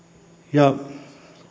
ja